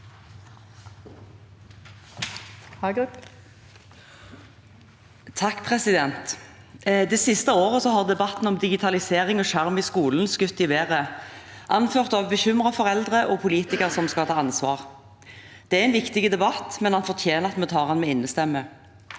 (H) Det siste året har debatten om digitalisering og skjerm i skolen skutt i været, anført av bekymrede foreldre og politikere som skal ta ansvar. Det er en viktig debatt, men den fortjener at vi tar den med innestemme.